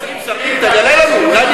רגע,